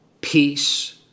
peace